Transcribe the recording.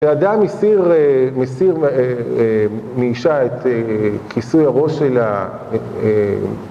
כשאדם מסיר מאישה את כיסוי הראש שלה...